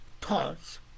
thoughts